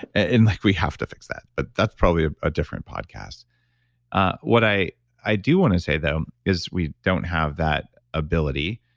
and like we have to fix that, but that's probably a ah different podcast ah what i i do want to say though, is we don't have that ability,